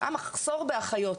היה מחסור האחיות,